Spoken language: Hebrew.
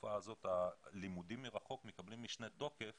בתקופה הזאת הלימודים מרחוק מקבלים משנה תוקף